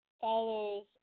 follows